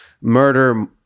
murder